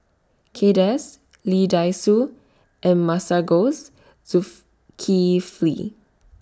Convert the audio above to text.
Kay Das Lee Dai Soh and Masagos